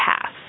pass